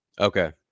Okay